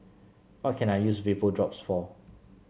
how can I use Vapodrops for